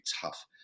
tough